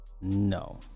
no